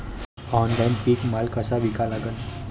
Online पीक माल कसा विका लागन?